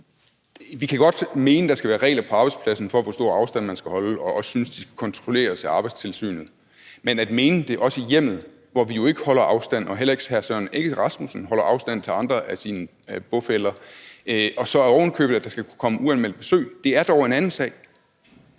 kan mene, at der skal være regler på arbejdspladsen for, hvor stor afstand man skal holde, og også synes, at det skal kontrolleres af Arbejdstilsynet. Men at mene, at det også skal være i hjemmet, hvor vi jo ikke holder afstand, og hvor hr. Søren Egge Rasmussen heller ikke holder afstand til andre af sine bofæller, og at der så ovenikøbet skulle kunne komme uanmeldt besøg, er dog en anden sag.